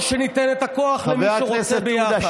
או שניתן את הכוח למי שרוצה ביחד.